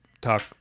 talk